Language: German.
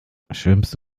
schwimmst